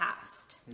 past